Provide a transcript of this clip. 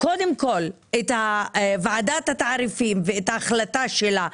קודם כל את ועדת התעריפים ואת ההחלטה שלה,